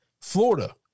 Florida